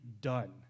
done